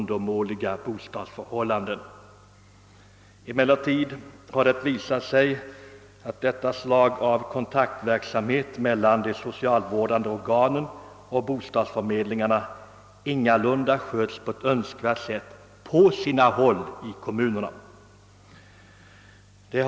Det har emellertid visat sig att denna kontaktverksamhet mellan de socialvårdande organen och bostadsförmedlingarna på sina håll ingalunda bedrives så som skulle vara önskvärt.